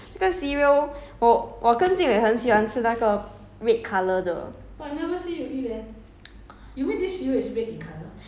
!aiya! 有时有有时没有的 lah 不知道 ah 这个 Calbee 也是这个 cereal 我我跟 jing wei 很喜欢吃那个 red colour 的